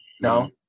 No